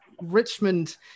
Richmond